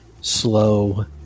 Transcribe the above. slow